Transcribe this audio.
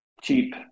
cheap